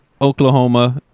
Oklahoma